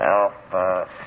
Alpha